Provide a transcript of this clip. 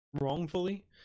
wrongfully